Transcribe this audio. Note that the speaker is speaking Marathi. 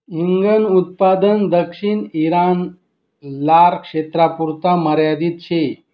हिंगन उत्पादन दक्षिण ईरान, लारक्षेत्रपुरता मर्यादित शे